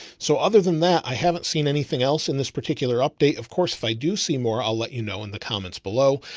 so other than that, i haven't seen anything else in this particular update. of course, if i do see more, i'll let you know in the comments below,